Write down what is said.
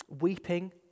weeping